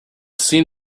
seen